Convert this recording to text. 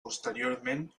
posteriorment